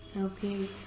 Okay